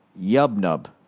Yub-nub